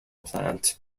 plant